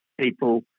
people